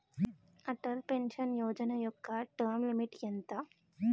Atal pension Yojana యెక్క term limit ఎంత?